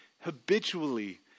habitually